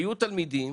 היו תלמידים